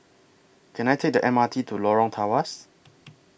Can I Take The M R T to Lorong Tawas